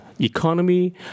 economy